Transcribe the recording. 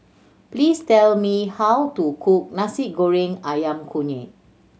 please tell me how to cook Nasi Goreng Ayam Kunyit